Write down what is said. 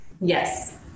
Yes